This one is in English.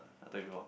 I told you before